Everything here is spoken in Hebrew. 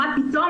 מה פתאום,